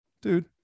Dude